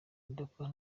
udakora